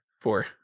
Four